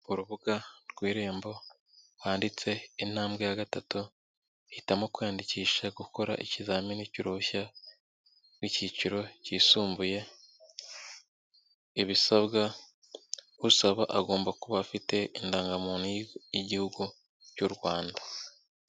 Urubuga rw' Irembo, rwanditse intambwe ya gatatu, ihitamo kwiyandikisha gukora ikizamini cy'uruhushya rw'icyiciro cyisumbuye, ibisabwa usaba agomba kuba afite indangamuntu y'igihugu cy'u Rwanda.